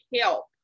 help